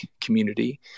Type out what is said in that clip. community